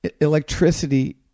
Electricity